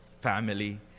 family